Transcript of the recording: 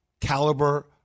caliber